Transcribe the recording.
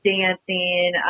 dancing